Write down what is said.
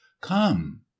come